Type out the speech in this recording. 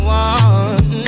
one